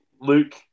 Luke